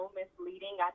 misleading